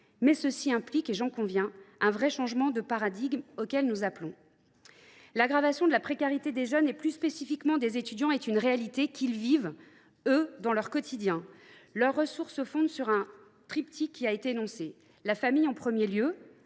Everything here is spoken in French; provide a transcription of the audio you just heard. mais cela implique – j’en conviens – un vrai changement de paradigme, auquel nous appelons. L’aggravation de la précarité des jeunes, plus spécifiquement des étudiants, est une réalité que ceux ci vivent, eux, dans leur quotidien. Leurs ressources se fondent sur un triptyque qui a déjà été décrit : la famille, en premier lieu,